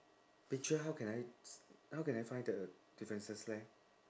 picture how can I s~ how can I find the difference leh